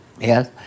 Yes